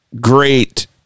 great